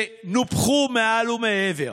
תעבירו דמי אבטלה לעצמאים.